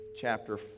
chapter